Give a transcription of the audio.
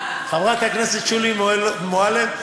חברת הכנסת שולי מועלם,